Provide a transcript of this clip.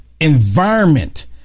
environment